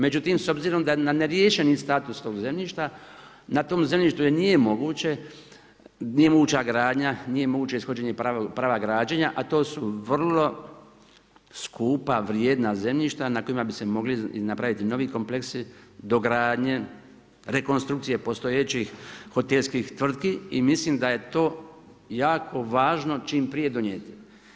Međutim, s obzirom na neriješeni status tog zemljišta, na tom zemljištu nije moguća gradnja, nije moguće ishođenje prava građena a to su vrlo skupa, vrijedna zemljišta na kojima bi se mogli i napraviti novi kompleksi dogradnje, rekonstrukcije postojećih hotelskih tvrtki i mislim da je to jako važno čim prije donijeti.